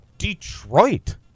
Detroit